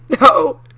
No